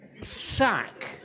sack